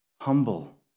humble